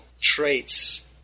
traits